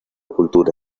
cultura